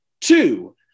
two